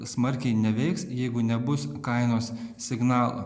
smarkiai neveiks jeigu nebus kainos signalo